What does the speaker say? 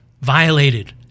violated